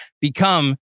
become